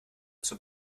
zum